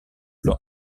plan